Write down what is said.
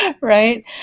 Right